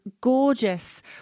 gorgeous